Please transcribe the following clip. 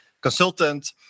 consultant